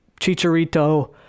Chicharito